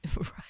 Right